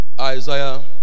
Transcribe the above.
Isaiah